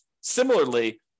Similarly